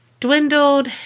Dwindled